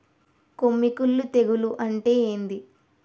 కొమ్మి కుల్లు తెగులు అంటే ఏంది?